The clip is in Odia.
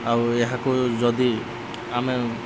ଆଉ ଏହାକୁ ଯଦି ଆମେ